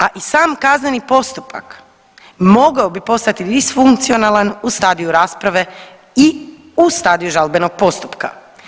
A i sam kazneni postupak mogao bi postati disfunkcionalan u stadiju rasprave i u stadiju žalbenog postupka.